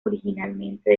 originalmente